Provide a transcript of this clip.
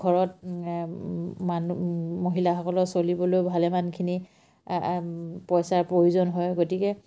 ঘৰত মানুহ মহিলাসকলৰ চলিবলৈ ভালেমানখিনি পইচাৰ প্ৰয়োজন হয় গতিকে